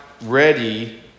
ready